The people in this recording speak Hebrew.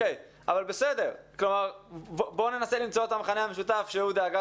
בואו ננסה למצוא את המכנה המשותף שהוא הדאגה